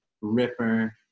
ripper